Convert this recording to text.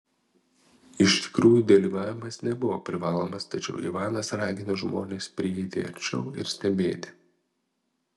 iš tikrųjų dalyvavimas nebuvo privalomas tačiau ivanas ragino žmones prieiti arčiau ir stebėti